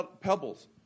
pebbles